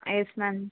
ah yes ma'am